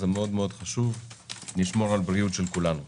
מאוד חשוב לשמור על הבריאות של כולם.